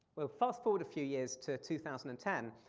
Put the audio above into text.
we'll fast forward a few years to two thousand and ten.